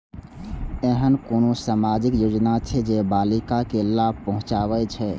ऐहन कुनु सामाजिक योजना छे जे बालिका के लाभ पहुँचाबे छे?